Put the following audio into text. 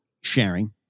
sharing